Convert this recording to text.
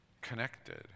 Connected